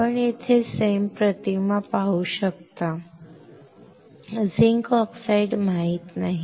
आपण येथे SEM प्रतिमा पाहू शकता झिंक ऑक्साईड माहीत नाही